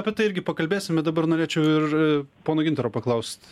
apie tai irgi pakalbėsime dabar norėčiau ir pono gintaro paklaust